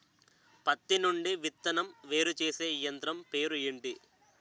పత్తి నుండి విత్తనం వేరుచేసే యంత్రం పేరు ఏంటి